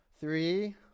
Three